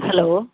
hello